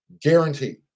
Guaranteed